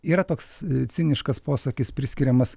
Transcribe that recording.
yra toks ciniškas posakis priskiriamas